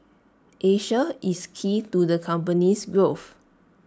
Asia is key to the company's growth